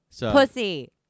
Pussy